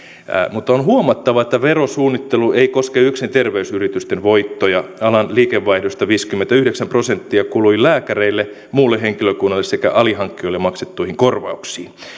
mutta on huomattava että verosuunnittelu ei koske yksin terveysyritysten voittoja alan liikevaihdosta viisikymmentäyhdeksän prosenttia kului lääkäreille muulle henkilökunnalle sekä alihankkijoille maksettuihin korvauksiin